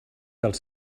dels